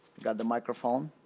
got the microphone.